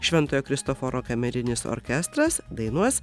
šventojo kristoforo kamerinis orkestras dainuos